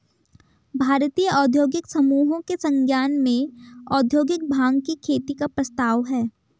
भारतीय औद्योगिक समूहों के संज्ञान में औद्योगिक भाँग की खेती का प्रस्ताव है